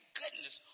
goodness